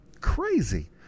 crazy